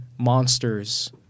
monsters